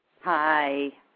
Hi